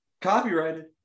copyrighted